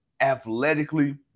athletically